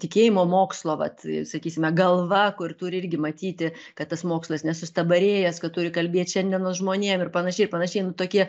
tikėjimo mokslo vat sakysime galva kur turi irgi matyti kad tas mokslas nesustabarėjęs kad turi kalbėt šiandienos žmonėm ir panašiai ir panašiai nu tokie